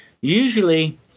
usually